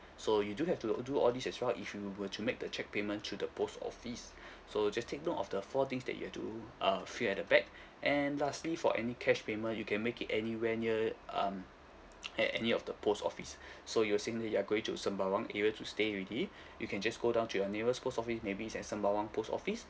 so you do have to uh do all this as well if you were to make the cheque payment through the post office so just take note of the four things that you have to uh fill at the back and lastly for any cash payment you can make it anywhere near um at any of the post office so you were saying that you are going to sembawang area to stay already you can just go down to your nearest post office maybe is at sembawang post office